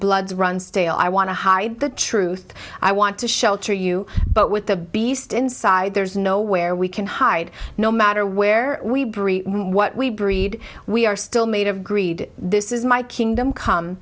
bloods run stale i want to hide the truth i want to shelter you but with the beast inside there's nowhere we can hide no matter where we breed what we breed we are still made of greed this is my kingdom come